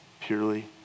purely